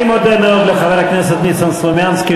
אני מודה מאוד לחבר הכנסת ניסן סלומינסקי,